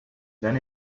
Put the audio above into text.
then